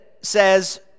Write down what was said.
says